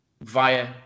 via